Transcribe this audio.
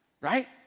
right